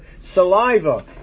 saliva